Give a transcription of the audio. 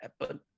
happen